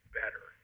better